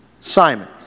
Simon